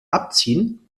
abziehen